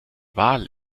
wal